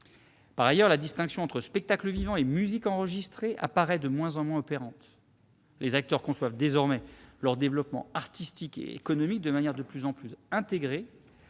Par ailleurs, la distinction entre spectacle vivant et musique enregistrée apparaît de moins en moins opérante. Les acteurs conçoivent désormais leur développement artistique et économique de manière de plus en plus intégrée,